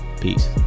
Peace